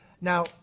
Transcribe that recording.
now